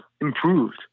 improved